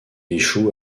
échoue